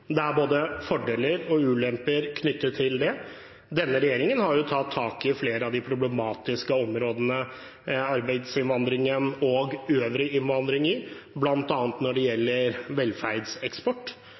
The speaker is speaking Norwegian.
Det er både fordeler og ulemper knyttet til det. Denne regjeringen har tatt tak i flere av de problematiske områdene ved arbeidsinnvandring og øvrig innvandring, bl.a. når det